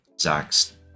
Zach's